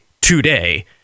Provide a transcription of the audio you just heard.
today